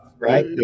right